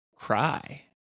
Cry